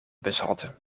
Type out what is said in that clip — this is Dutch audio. bushalte